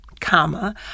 comma